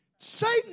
Satan